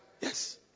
yes